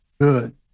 good